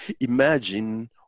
imagine